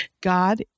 God